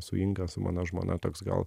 su inga su mano žmona toks gal